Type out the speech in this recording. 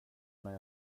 när